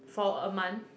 for a month